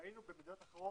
ראינו במדינות אחרות,